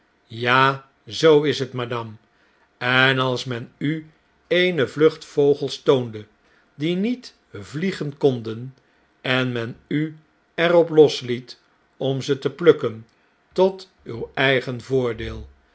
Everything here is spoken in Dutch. ja zoo is het madame en als men u eene vlucht vogels toonde die niet vliegen konden en men u er op losliet om ze te plukken tot uw eigen voordeel